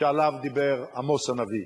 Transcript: שעליו דיבר עמוס הנביא.